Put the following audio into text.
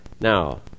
Now